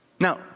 Now